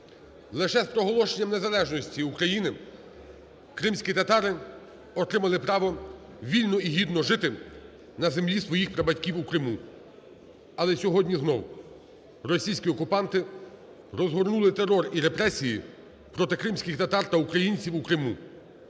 Лише з проголошенням незалежності України кримські татари отримали право вільно і гідно жити на землі своїх прабатьків у Криму. Але сьогодні знову російські окупанти розгорнули терор і репресії проти кримських татар та українців у Криму.